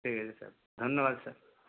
ঠিক আছে স্যার ধন্যবাদ স্যার